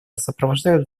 сопровождают